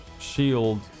shield